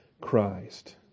Christ